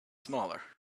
smaller